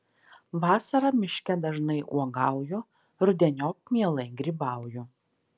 vasarą miške dažnai uogauju rudeniop mielai grybauju